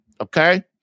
Okay